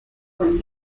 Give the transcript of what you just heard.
when